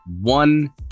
one